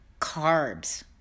carbs